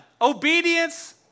obedience